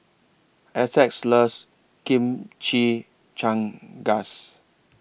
Essex loves Chimichangas